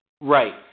Right